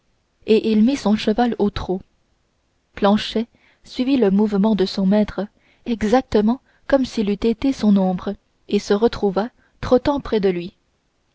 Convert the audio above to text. et il mit son cheval au trot planchet suivit le mouvement de son maître exactement comme s'il eût été son ombre et se retrouva trottant près de lui